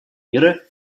мира